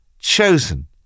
Chosen